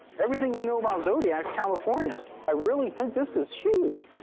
everything we know about zodiac's california. i really think this is huge.